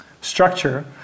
structure